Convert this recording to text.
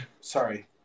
Sorry